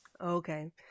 Okay